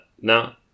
now